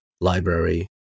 library